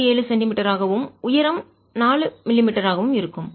67 சென்டிமீட்டராகவும் உயரம் 4 மில்லிமீட்டராகவும் இருக்கும்